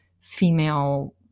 female